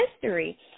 History